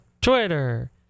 Twitter